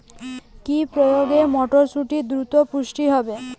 কি প্রয়োগে মটরসুটি দ্রুত পুষ্ট হবে?